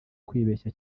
kwibeshya